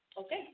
Okay